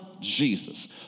Jesus